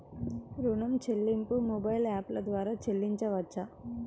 ఋణం చెల్లింపు మొబైల్ యాప్ల ద్వార చేయవచ్చా?